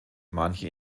manche